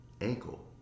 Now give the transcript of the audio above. ankle